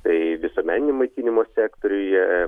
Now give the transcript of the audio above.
tai visuomeninio maitinimo sektoriuje